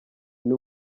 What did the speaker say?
niwe